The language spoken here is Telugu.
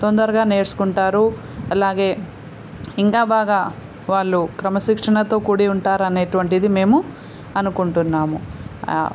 తొందరగా నేర్చుకుంటారు అలాగే ఇంకా బాగా వాళ్ళు క్రమశిక్షణతో కూడి ఉంటారు అనేటటువంటిది మేము అనుకుంటున్నాము